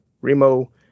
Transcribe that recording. Remo